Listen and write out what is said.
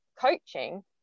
coaching